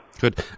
Good